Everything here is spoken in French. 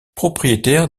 propriétaire